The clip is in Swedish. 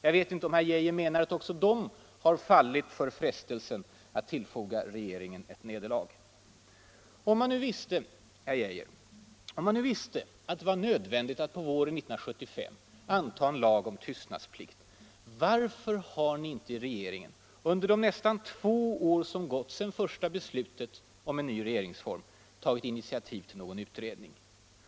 Jag vet inte om justitieministern menar att också de har fallit för frestelsen att tillfoga regeringen ett nederlag. Om man nu visste, herr justitieminister, att det var nödvändigt att på våren 1975 anta en lag om tystnadsplikt, varför har ni inte i regeringen under de nästan två år som gått sedan det första beslutet om en ny regeringsform tagit initiativ till någon utredning?